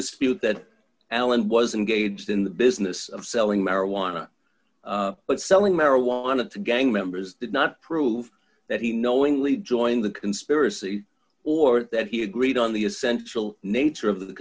dispute that allen wasn't gauged in the business of selling marijuana but selling marijuana to gang members did not prove that he knowingly joined the conspiracy or that he agreed on the essential nature of the